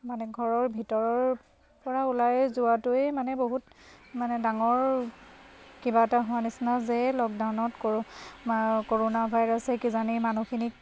মানে ঘৰৰ ভিতৰৰ পৰা ওলাই যোৱাটোৱেই মানে বহুত মানে ডাঙৰ কিবা এটা হোৱা নিচিনা যে লকডাউনত কৰোণা কৰোণা ভাইৰাছে কিজানি মানুহখিনিক